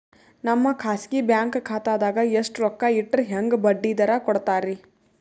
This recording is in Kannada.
ನಮ್ಮ ಖಾಸಗಿ ಬ್ಯಾಂಕ್ ಖಾತಾದಾಗ ಎಷ್ಟ ರೊಕ್ಕ ಇಟ್ಟರ ಹೆಂಗ ಬಡ್ಡಿ ದರ ಕೂಡತಾರಿ?